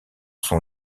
son